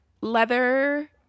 leather